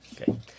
Okay